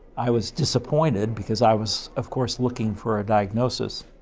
i was disappointed because i was, of course looking for a diagnosis.